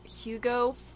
Hugo